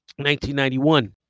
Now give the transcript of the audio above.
1991